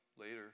later